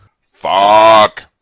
Fuck